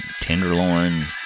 Tenderloin